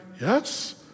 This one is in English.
yes